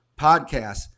podcasts